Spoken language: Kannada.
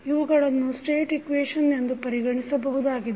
ಇವುಗಳನ್ನು ಸ್ಟೇಟ್ ಇಕ್ವೇಶನ್ ಎಂದು ಪರಿಗಣಿಸಬಹುದಾಗಿದೆ